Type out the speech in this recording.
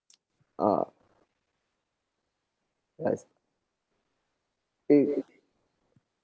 uh